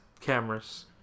cameras